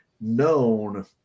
known